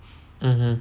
(uh huh)